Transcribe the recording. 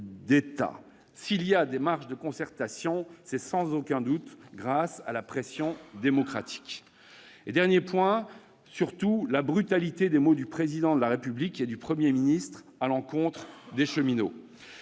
S'il y a des marges de concertation, c'est sans aucun doute grâce à la pression démocratique ... Enfin, la brutalité des mots du Président de la République et du Premier ministre à l'encontre des cheminots